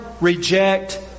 reject